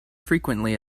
frequently